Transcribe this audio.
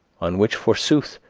on which, forsooth,